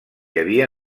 havia